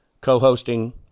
co-hosting